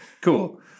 cool